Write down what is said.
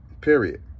period